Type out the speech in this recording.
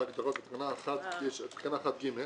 בתקנה 1(ג),